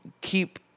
keep